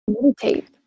meditate